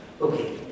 Okay